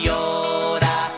Yoda